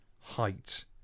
height